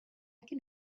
can